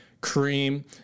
cream